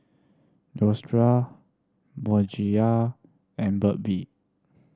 Neostrata Bonjela and Burt Bee